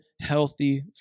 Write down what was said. healthy